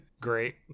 great